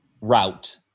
route